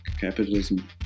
capitalism